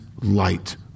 light